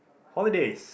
holidays